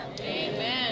Amen